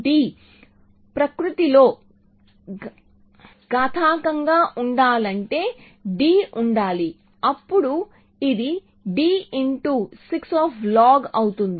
T ప్రకృతిలో ఘాతాంకంగా ఉండాలంటే d ఉండాలి అప్పుడు ఇది d 6 అవుతుంది